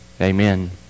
Amen